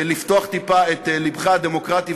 לפתוח טיפה את לבך הדמוקרטי,